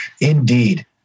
Indeed